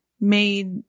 made